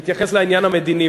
הוא התייחס לעניין המדיני.